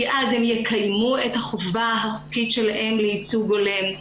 כי אז הם יקיימו את החובה החוקית שלהם לייצוג הולם.